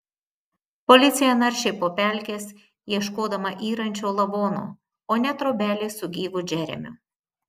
policija naršė po pelkes ieškodama yrančio lavono o ne trobelės su gyvu džeremiu